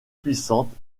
puissante